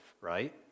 right